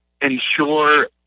ensure